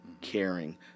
caring